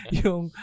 yung